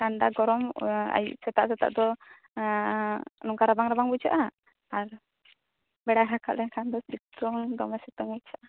ᱴᱷᱟᱱᱰᱟ ᱜᱚᱨᱚᱢ ᱟᱭᱩᱵᱽ ᱥᱮᱛᱟᱜ ᱥᱮᱛᱟᱜ ᱫᱚ ᱱᱚᱝᱠᱟ ᱨᱟᱵᱟᱝ ᱨᱟᱵᱟᱝ ᱵᱩᱡᱷᱟᱹᱜᱼᱟ ᱟᱨ ᱵᱮᱲᱟᱭ ᱨᱟᱠᱟᱵ ᱞᱮᱱᱠᱷᱟᱱ ᱫᱚ ᱥᱤᱛᱩᱝ ᱫᱚᱢᱮ ᱥᱤᱛᱩᱝ ᱟᱹᱭᱠᱟᱹᱜᱼᱟ